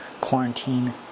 quarantine